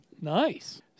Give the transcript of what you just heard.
Nice